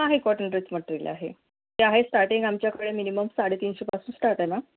आहे cotton dress material आहे ते आहे स्टार्टिंग आमच्याकडे मिनिमम साडेतीनशेपासून स्टार्ट आहे मॅम